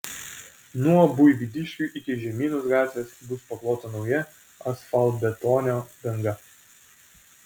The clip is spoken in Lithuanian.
nuo buivydiškių iki žemynos gatvės bus paklota nauja asfaltbetonio danga